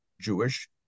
Jewish